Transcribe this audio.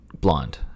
blonde